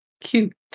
cute